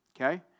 okay